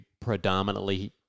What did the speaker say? predominantly